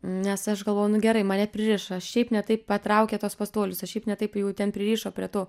nes aš galvoju nu gerai mane pririšo šiaip ne taip patraukė tuos pastolius šiaip ne taip jau ten pririšo prie to